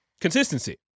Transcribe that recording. Consistency